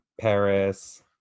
Paris